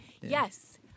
Yes